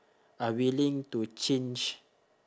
are willing to change